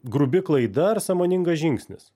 grubi klaida ar sąmoningas žingsnis